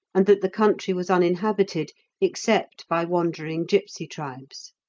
and that the country was uninhabited except by wandering gipsy tribes.